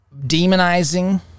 demonizing